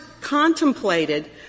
contemplated